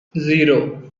zero